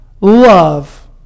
love